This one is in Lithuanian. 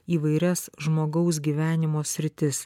įvairias žmogaus gyvenimo sritis